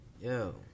Yo